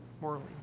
morally